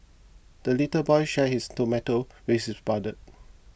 the little boy shared his tomato with his brother